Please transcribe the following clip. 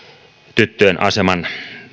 tyttöjen aseman